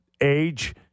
age